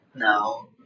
Now